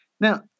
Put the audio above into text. Now